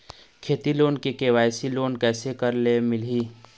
खेती loan KYC loan कइसे करे ले मिलही?